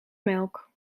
melk